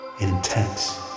intense